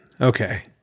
Okay